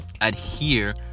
adhere